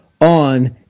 on